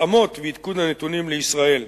התאמות ועדכון הנתונים לישראל.